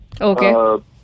Okay